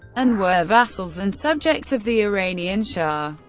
and were vassals and subjects of the iranian shah.